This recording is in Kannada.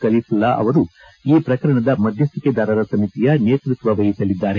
ಕಲ್ಲಿಪುಲ್ಲಾ ಅವರು ಈ ಪ್ರಕರಣದ ಮಧ್ಯಸ್ಥಿಕೆದಾರರ ಸಮಿತಿಯ ನೇತೃಕ್ಷ ವಹಿಸಲಿದ್ದಾರೆ